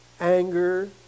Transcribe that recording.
Anger